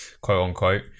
quote-unquote